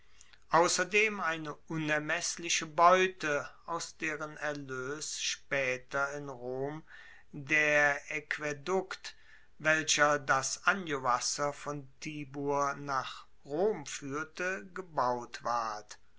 ausserdem eine unermessliche beute aus deren erloes spaeter in rom der aquaedukt welcher das aniowasser von tibur nach rom fuehrte gebaut ward